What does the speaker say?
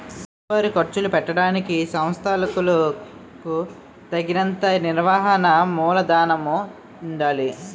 రోజువారీ ఖర్చులు పెట్టడానికి సంస్థలకులకు తగినంత నిర్వహణ మూలధనము ఉండాలి